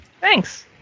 Thanks